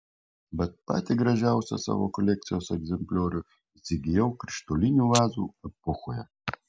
bet patį gražiausią savo kolekcijos egzempliorių įsigijau krištolinių vazų epochoje